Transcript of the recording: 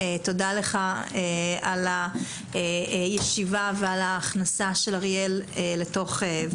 תודה לך על הישיבה ועל ההכנסה של אריאל לור"ה.